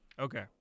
Okay